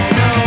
no